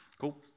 Cool